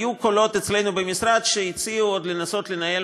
היו קולות אצלנו במשרד שהציעו עוד לנסות לנהל